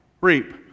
Reap